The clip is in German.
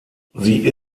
sie